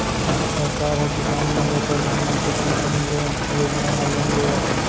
सरकार ह किसान मन ल परधानमंतरी कृषि लोन योजना म लोन देवत हे